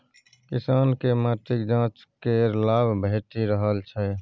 किसानकेँ माटिक जांच केर लाभ भेटि रहल छै